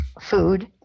food